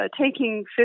taking